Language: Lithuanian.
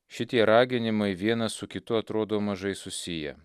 šitie raginimai vienas su kitu atrodo mažai susiję